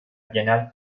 genel